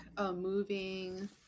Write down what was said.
moving